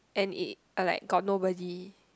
and it like got nobody